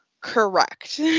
correct